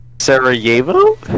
Sarajevo